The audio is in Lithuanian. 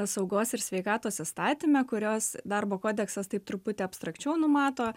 saugos ir sveikatos įstatyme kuriuos darbo kodeksas taip truputį abstrakčiau numato